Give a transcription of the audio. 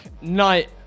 night